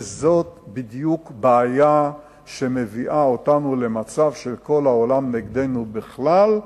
וזאת בדיוק הבעיה שמביאה אותנו למצב שכל העולם נגדנו בכלל,